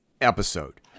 episode